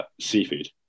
seafood